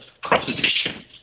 proposition